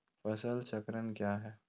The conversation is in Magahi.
फसल चक्रण क्या है?